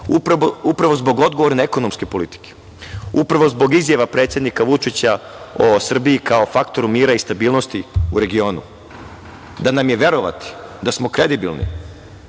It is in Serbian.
upravo zbog odgovorne ekonomske politike, upravo zbog izjava predsednika Vučića o Srbiji kao faktoru mira i stabilnosti u regionu. Da nam je verovati da smo kredibilni